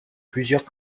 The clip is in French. plusieurs